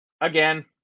Again